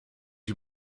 you